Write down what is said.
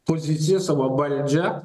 poziciją savo valdžią